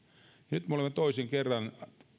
nyt me olemme toisen kerran